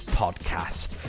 podcast